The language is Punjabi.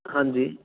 ਹਾਂਜੀ